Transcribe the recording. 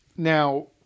Now